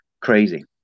Crazy